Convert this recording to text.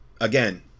Again